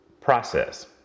process